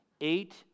Eight